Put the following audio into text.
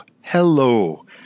Hello